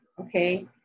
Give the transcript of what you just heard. okay